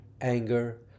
anger